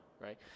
right